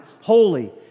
holy